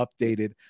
updated